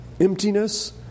emptiness